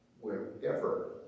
wherever